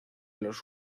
los